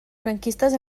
franquistes